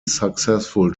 successful